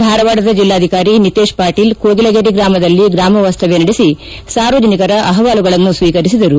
ಧಾರವಾಡದ ಜಿಲ್ಲಾಧಿಕಾರಿ ನಿತೇಶ್ ಪಾಟೀಲ್ ಕೋಗಿಲಗೇರಿ ಗ್ರಾಮದಲ್ಲಿ ಗ್ರಾಮ ವಾಸ್ತವ್ದ ನಡೆಸಿ ಸಾರ್ವಜನಿಕರ ಅಹವಾಲುಗಳನ್ನು ಸ್ವೀಕರಿಸಿದರು